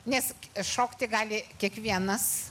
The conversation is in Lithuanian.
nes šokti gali kiekvienas